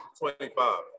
twenty-five